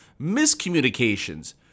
miscommunications